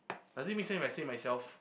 does it make sense if I say myself